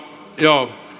jo